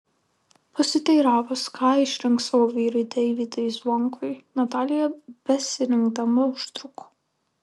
pasiteiravus ką išrinks savo vyrui deivydui zvonkui natalija besirinkdama užtruko